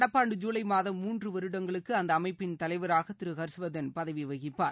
நடப்பாண்டு ஜூலை மாதம் மூன்று வருடங்களுக்கு அந்த அமைப்பின் தலைவராக திரு ஹர்ஷ்வர்தன் பதவி வகிப்பார்